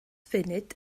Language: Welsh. funud